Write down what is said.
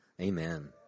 Amen